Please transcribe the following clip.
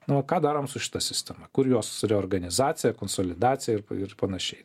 nu va ką darom su šita sistema kur jos reorganizacija konsolidacija ir ir panašiai